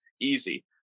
easy